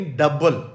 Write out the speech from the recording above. double